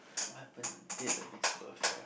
what happen on a date that makes it perfect ah